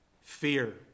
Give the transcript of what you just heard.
fear